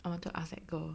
I want to ask that girl